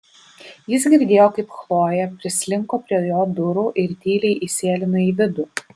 jis girdėjo kaip chlojė prislinko prie jo durų ir tyliai įsėlino į vidų